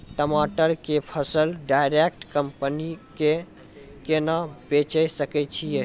टमाटर के फसल डायरेक्ट कंपनी के केना बेचे सकय छियै?